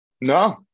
No